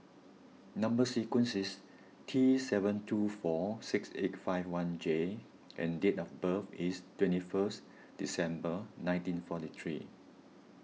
Number Sequence is T seven two four six eight five one J and date of birth is twenty first December nineteen forty three